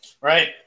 Right